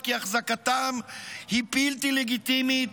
לשתי פנים כי החזקתם בשבי היא בלתי לגיטימית,